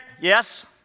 Yes